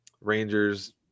Rangers